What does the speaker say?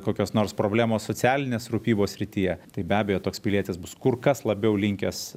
kokios nors problemos socialinės rūpybos srityje tai be abejo toks pilietis bus kur kas labiau linkęs